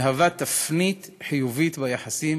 מהווה תפנית חיובית ביחסים